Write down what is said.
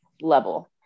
level